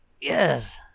yes